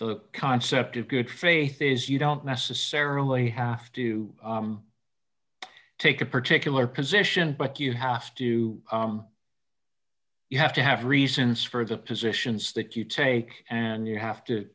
the concept of good faith is you don't necessarily have to take a particular position but you have to you have to have reasons for the positions that you take and you have to